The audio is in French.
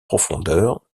profondeur